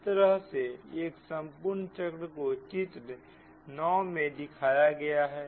इस तरह से एक संपूर्ण चक्र को चित्र 9 में दिखाया गया है